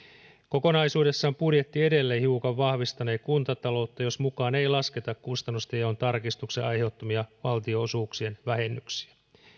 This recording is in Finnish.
kokonaisuudessaan budjetti edelleen hiukan vahvistanee kuntataloutta jos mukaan ei lasketa kustannustenjaon tarkistuksen aiheuttamia valtionosuuksien vähennyksiä